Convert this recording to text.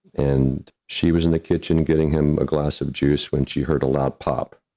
and she was in the kitchen, getting him a glass of juice when she heard a loud pop.